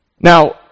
Now